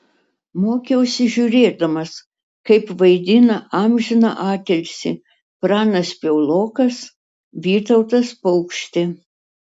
mokiausi žiūrėdamas kaip vaidina amžiną atilsį pranas piaulokas vytautas paukštė